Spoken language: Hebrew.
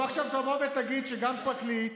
בוא, עכשיו תעמוד ותגיד שגם פרקליט